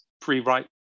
pre-write